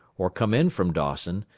or come in from dawson,